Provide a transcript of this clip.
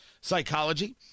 psychology